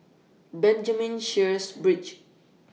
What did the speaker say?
Benjamin Sheares Bridge